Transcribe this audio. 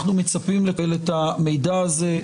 אנחנו מצפים לקבל את המידע הזה.